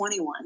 21